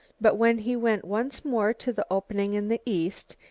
but when he went once more to the opening in the east,